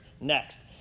Next